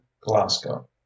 Glasgow